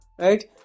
right